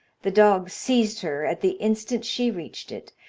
the dog seized her at the instant she reached it,